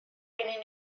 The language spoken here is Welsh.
gennym